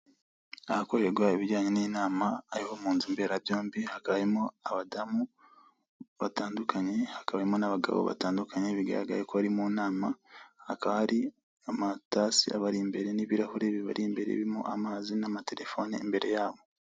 Ahakorerwa ibijyanye n'inama ariho mu nzu mberabyombi hakabari hamo abadamu batandukanye hakabamo n'abagabo batandukanye bigaragaye ko bari mu nama, hari amatasi abari imbere n'ibirahuri bibari imbere birimo amazi n'amatelefone imbere yabo.